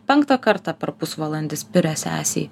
penktą kartą per pusvalandį spiria sesei